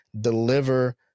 Deliver